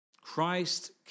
Christ